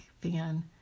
fan